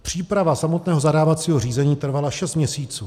Příprava samotného zadávacího řízení trvala šest měsíců.